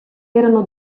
erano